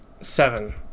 seven